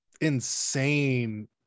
insane